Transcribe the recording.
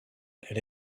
elle